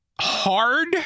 hard